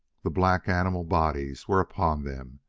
the black, animal bodies were upon them.